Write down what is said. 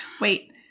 Wait